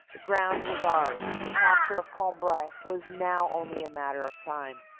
the ground was ours the capture of cambrai was now only a matter of time.